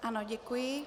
Ano, děkuji.